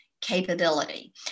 capability